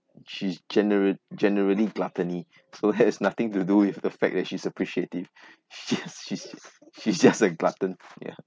she's general generally gluttony so it has nothing to do with the fact that she's appreciative she's she's she's just a glutton ya